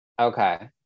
okay